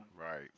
right